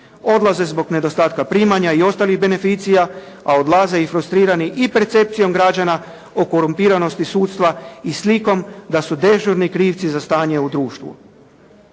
Odlaze zbog nedostatka primanja i ostalih beneficija a odlaze i frustrirani i percepcijom građana o korumpiranosti sudstva i slikom da su dežurni krivci za stanje u društvu.